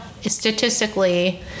statistically